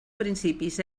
principis